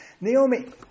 Naomi